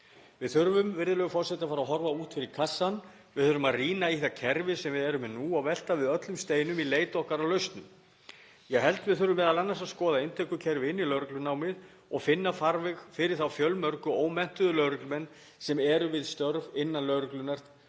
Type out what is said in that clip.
Við þurfum, virðulegur forseti, að fara að horfa út fyrir kassann. Við þurfum að rýna það kerfi sem við erum með nú og velta við öllum steinum í leit okkar að lausnum. Ég held að við þurfum m.a. að skoða inntökukerfi inn í lögreglunámið og finna farveg fyrir þá fjölmörgu ómenntuðu lögreglumenn sem eru við störf innan lögreglunnar